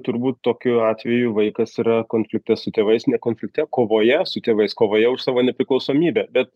turbūt tokiu atveju vaikas yra konflikte su tėvais ne konflikte kovoje su tėvais kovoje už savo nepriklausomybę bet